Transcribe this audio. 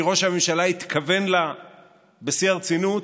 כי ראש הממשלה התכוון לה בשיא הרצינות,